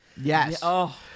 Yes